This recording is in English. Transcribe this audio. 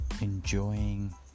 enjoying